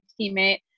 teammate